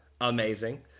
amazing